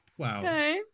Wow